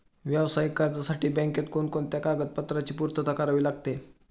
व्यावसायिक कर्जासाठी बँकेत कोणकोणत्या कागदपत्रांची पूर्तता करावी लागते?